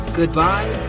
goodbye